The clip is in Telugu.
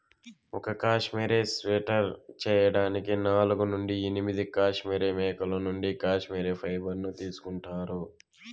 ఒక కష్మెరె స్వెటర్ చేయడానికి నాలుగు నుండి ఎనిమిది కష్మెరె మేకల నుండి కష్మెరె ఫైబర్ ను తీసుకుంటారు